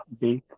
big